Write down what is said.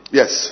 yes